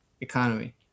economy